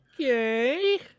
okay